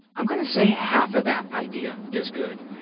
i'm going to say half of that idea is good.